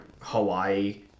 hawaii